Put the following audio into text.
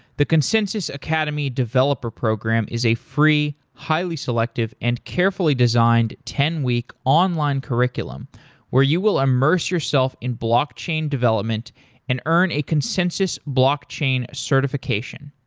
the consensus academy developer program is a free, highly selective, and carefully designed ten week online curriculum where you will immerse yourself in block chain development and earn a consensus block chain certification.